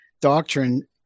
doctrine